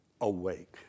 awake